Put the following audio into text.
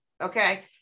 Okay